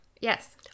yes